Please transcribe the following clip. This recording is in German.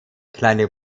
kleine